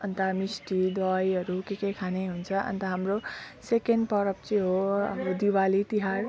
अन्त मिस्टी दहीहरू के के खाने हुन्छ अन्त हाम्रो सेकेन्ड पर्व चाहिँ हो अब दीपवाली तिहार